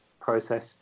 process